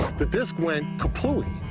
the disk went kaplooey!